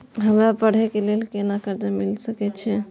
हमरा पढ़े के लेल कर्जा मिल सके छे?